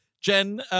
Jen